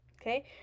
Okay